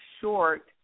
short